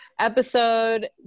episode